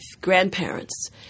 grandparents